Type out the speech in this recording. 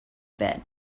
bed